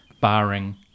barring